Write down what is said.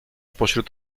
pośród